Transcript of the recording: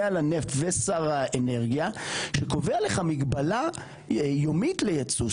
על הנפט ושר האנרגיה שקובע לך מגבלה יומית לייצוא.